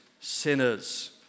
sinners